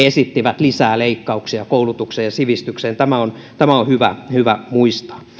esittivät lisää leikkauksia koulutukseen ja sivistykseen tämä on tämä on hyvä hyvä muistaa